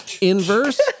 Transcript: inverse